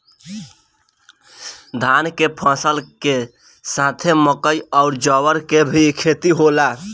धान के फसल के साथे मकई अउर ज्वार के भी खेती होला